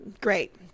Great